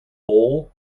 bull